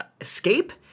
escape